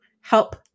help